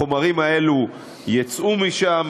החומרים האלה יצאו משם,